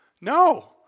No